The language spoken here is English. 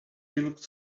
looked